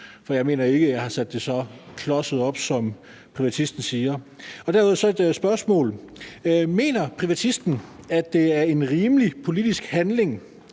og jeg mener ikke, at jeg har sat det så klodset op, som privatisten siger. Derudover har jeg et spørgsmål: Mener privatisten, at det er en rimelig politisk handling,